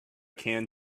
can